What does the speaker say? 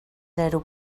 zero